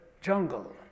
jungle